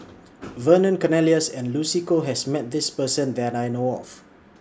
Vernon Cornelius and Lucy Koh has Met This Person that I know of